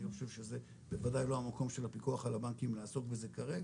אני חושב שזה בוודאי לא המקום של הפיקוח על הבנקים לעסוק בזה כרגע,